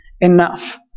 enough